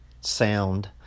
sound